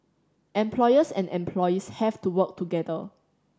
employers and employees have to work together